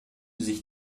sich